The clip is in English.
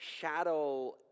shadow